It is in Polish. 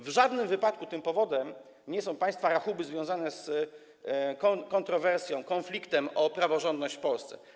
W żadnym wypadku tym powodem nie są państwa rachuby związane z kontrowersją, konfliktem o praworządność w Polsce.